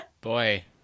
Boy